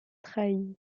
trahit